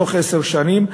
בתוך עשר שנים,